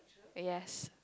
yes